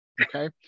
Okay